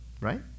Right